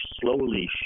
slowly